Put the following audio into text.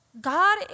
God